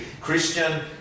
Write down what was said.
Christian